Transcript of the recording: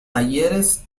talleres